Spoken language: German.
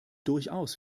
durchaus